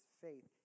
faith